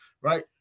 right